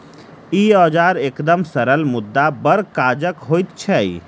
ई औजार एकदम सरल मुदा बड़ काजक होइत छै